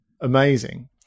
amazing